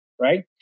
right